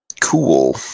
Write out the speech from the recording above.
cool